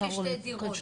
הן רשומות כשתי דירות.